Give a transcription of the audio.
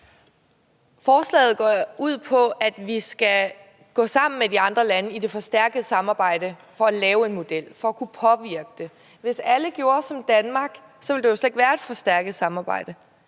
Forslaget går ud på, at vi skal gå sammen med de andre lande i det forstærkede samarbejde for at lave en model for at kunne påvirke det. Hvis alle gjorde som Danmark, ville der slet ikke være et forstærket samarbejde.